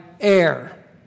air